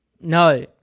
No